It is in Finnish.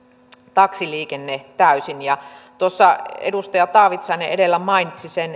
taksiliikenne täysin kun tuossa edustaja taavitsainen edellä mainitsi